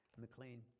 mclean